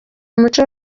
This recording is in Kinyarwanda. muco